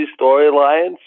storylines